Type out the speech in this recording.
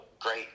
great